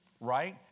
Right